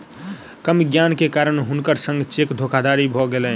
कम ज्ञान के कारण हुनकर संग चेक धोखादड़ी भ गेलैन